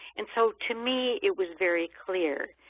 and so to me, it was very clear,